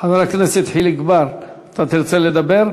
חבר הכנסת חיליק בר, תרצה לדבר?